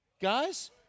Guys